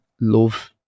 love